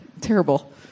Terrible